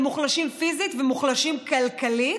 הם מוחלשים פיזית ומוחלשים כלכלית.